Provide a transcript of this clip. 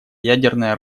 ядерное